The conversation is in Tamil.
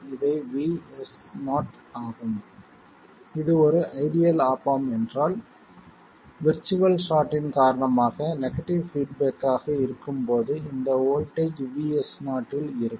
இது VS0 ஆகும் இது ஒரு ஐடியல் ஆப் ஆம்ப் என்றால் விர்ச்சுவல் ஷார்ட்டின் காரணமாக நெகடிவ் பீட்பேக் ஆக இருக்கும்போது இந்த வோல்ட்டேஜ் VS0 இல் இருக்கும்